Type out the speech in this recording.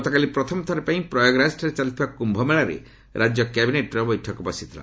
ଗତକାଲି ପ୍ରଥମଥର ପାଇଁ ପ୍ରୟାଗରାଜଠାରେ ଚାଲିଥିବା କ୍ୟୁମେଳାଠାରେ ରାଜ୍ୟ କ୍ୟାବିନେଟ୍ର ବୈଠକ ବସିଥିଲା